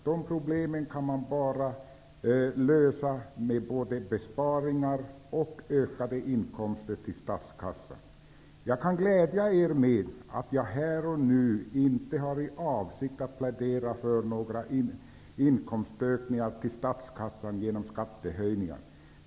De problemen kan man bara lösa med både besparingar och ökade inkomster till statskassan. Jag kan glädja er med att jag här och nu icke har för avsikt att plädera för några inkomstökningar till statskassan genom skattehöjningar.